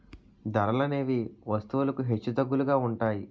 ధరలనేవి వస్తువులకు హెచ్చుతగ్గులుగా ఉంటాయి